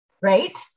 right